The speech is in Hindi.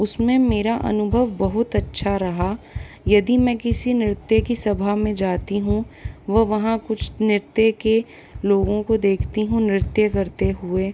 उसमें मेरा अनुभव बहुत अच्छा रहा यदि मैं किसी नृत्य की सभा में जाती हूँ व वहाँ कुछ नृत्य के लोगों को देखती हूँ नृत्य करते हुए